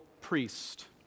priest